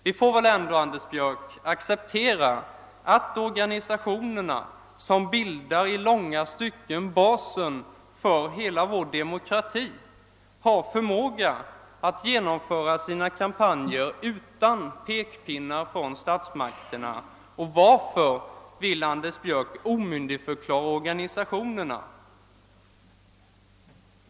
Vi får väl ändå, herr Björck acceptera att organisationerna, som i långa stycken bildar basen för hela vår demokrati, har förmåga att genomföra sina kampanjer utan pekpinnar från statsmakterna. Varför vill herr Björck omyndigförklara organisationerna?